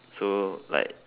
so like